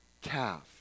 calf